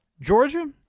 Georgia